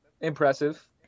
impressive